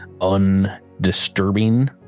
undisturbing